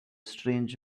strange